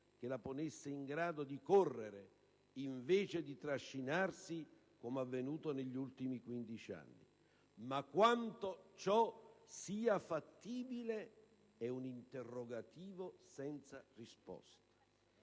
che la ponesse in grado di correre, invece di trascinarsi come avvenuto negli ultimi 15 anni; ma quanto sia fattibile è un interrogativo senza risposta.